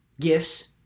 gifts